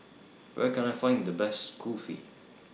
Where Can I Find The Best Kulfi